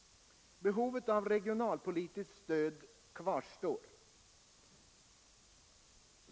Behovet av regionalpolitiskt stöd kvarstår.